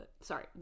Sorry